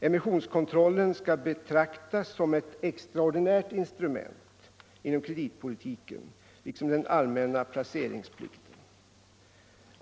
Emissionskontrollen skall dock inte betraktas som ett extraordinärt instrument inom kreditpolitiken till skillnad från den allmänna placeringsplikten.